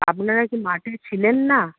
আপনারা কি মাঠে ছিলেন না